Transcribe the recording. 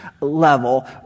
Level